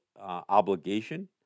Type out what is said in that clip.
obligation